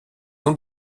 ont